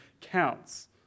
counts